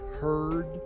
heard